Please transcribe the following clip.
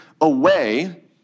away